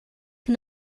que